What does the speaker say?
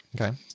Okay